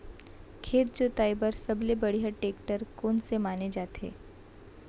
खेत जोताई बर सबले बढ़िया टेकटर कोन से माने जाथे?